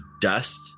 dust